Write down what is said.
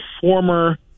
former